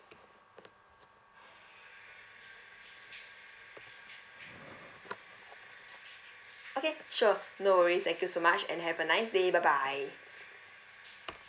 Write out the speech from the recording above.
okay sure no worries thank you so much and have a nice day bye bye